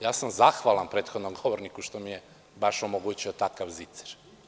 Ja sam zahvalan prethodnom govorniku što mi je baš omogućio takav zicer.